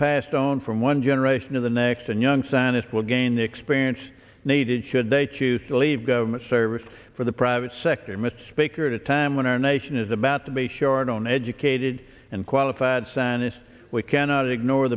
passed on from one generation to the next and young scientists will gain the experience needed should they choose to leave government service for the private sector mr speaker at a time when our nation is about to be short on educated and qualified scientists we cannot ignore